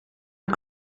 een